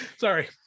Sorry